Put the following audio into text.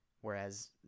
whereas